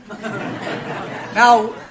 Now